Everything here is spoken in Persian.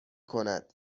کند